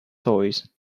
toys